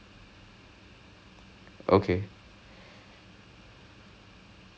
err I'll tell you this there's a there's a poem writing [one] and then there's a short story writing [one]